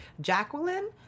Jacqueline